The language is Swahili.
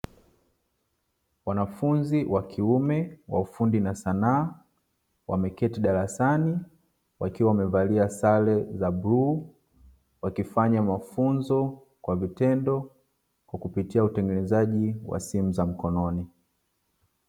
Wanafunzi wa kiume wa ufundi na sanaa wameketi darasani wakiwa wamevalia sare za buluu, wakifanya mafunzo kwa vitendo kwa kupitia utengenezaji wa simu za mkononi.